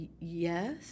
yes